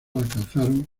alcanzan